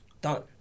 done